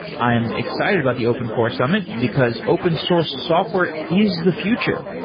i am excited about the open core summit, because open source software is the future.